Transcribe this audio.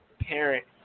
parent